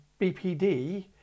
BPD